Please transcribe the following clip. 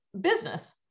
business